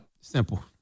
Simple